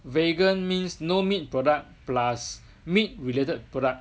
vegan means no meat product plus meat related products